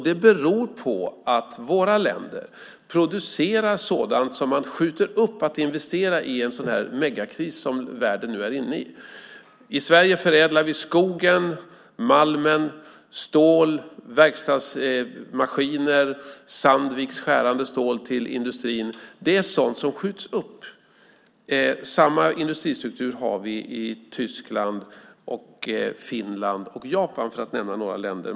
Det beror på att våra länder producerar sådant som man skjuter upp att investera i under en sådan megakris som världen nu är inne i. I Sverige förädlar vi skog, malm, stål. Det handlar om verkstadsmaskiner, Sandviks skärande stål till industrin. Det är sådant som skjuts upp. Samma industristruktur har vi i Tyskland och i Finland och i Japan, för att nämna några länder.